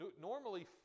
Normally